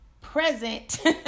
present